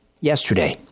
yesterday